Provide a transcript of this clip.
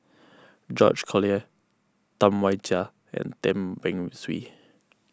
George Collyer Tam Wai Jia and Tan Beng Swee